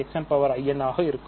x nin ஆக இருக்கும்